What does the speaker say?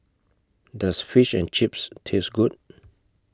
Does Fish and Chips Taste Good